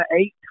eight